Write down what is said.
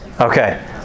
Okay